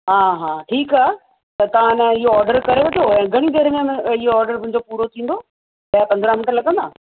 हा हा ठीकु आहे त तव्हां एन इहो ऑडर करे वठो ऐं घणी देरि में मि इहो ऑडर मुंहिंजो पूरो थींदो पंद्रहं मिन्ट लॻंदा